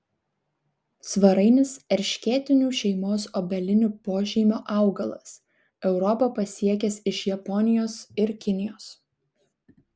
svarainis erškėtinių šeimos obelinių pošeimio augalas europą pasiekęs iš japonijos ir kinijos